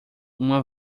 uma